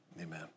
Amen